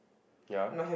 ya